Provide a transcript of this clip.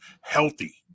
healthy